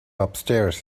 upstairs